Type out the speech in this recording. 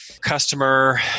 customer